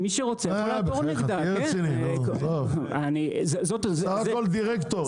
אה בחייך תהיה רציני, זה בסך הכל דירקטור.